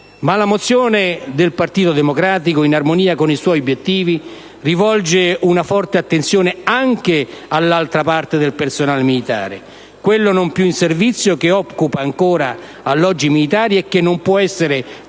La mozione del Partito Democratico, in armonia con i suoi obiettivi, rivolge una forte attenzione anche all'altra parte del personale militare, quello non più in servizio, che occupa ancora alloggi militari e che non può essere trascurato